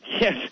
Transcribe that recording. Yes